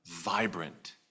vibrant